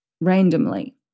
randomly